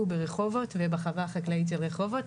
ברחובות, ובחווה החקלאית ברחובות.